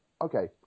okay